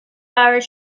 hours